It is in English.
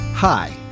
Hi